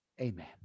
Amen